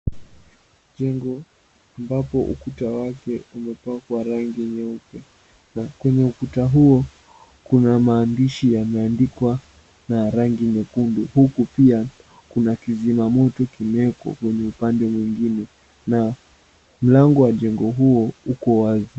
Jengo ambapo ukuta wake umepakwa rangi nyeupe. Kwenye ukuta huo, kuna maandishi yameandikwa na rangi nyekundu. Huku pia kuna kizima moto kimewekwa kwenye upande mwingine. Na mlango wa jengo huo uko wazi.